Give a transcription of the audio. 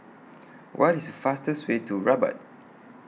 What IS The fastest Way to Rabat